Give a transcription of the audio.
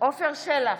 עפר שלח,